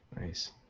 Nice